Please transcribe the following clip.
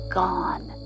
gone